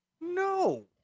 No